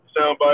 soundbite